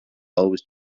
always